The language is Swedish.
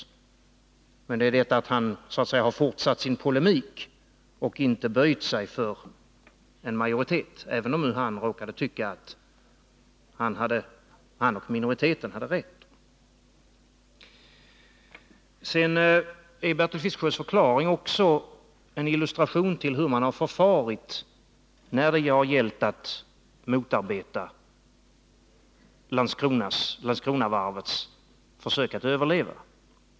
Vad saken gäller är att industriministern så att säga har fortsatt sin polemik och inte böjt sig för en majoritet. Det borde han ha gjort, även om han råkade tycka att han och minoriteten hade rätt. 2. Bertil Fiskesjös förklaring är också en illustration till hur man har förfarit när det gällt att motarbeta Landskronavarvets försök att överleva.